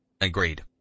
Agreed